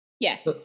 Yes